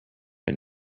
but